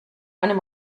einem